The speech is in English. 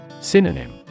Synonym